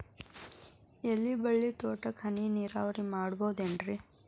ಎಲೆಬಳ್ಳಿ ತೋಟಕ್ಕೆ ಹನಿ ನೇರಾವರಿ ಮಾಡಬಹುದೇನ್ ರಿ?